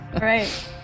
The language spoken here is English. Right